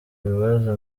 bibazo